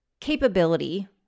Capability